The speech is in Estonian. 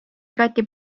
igati